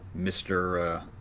Mr